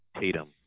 Tatum